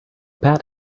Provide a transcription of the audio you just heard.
pat